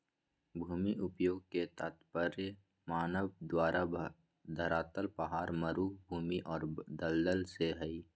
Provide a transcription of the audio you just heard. भूमि उपयोग के तात्पर्य मानव द्वारा धरातल पहाड़, मरू भूमि और दलदल से हइ